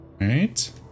Right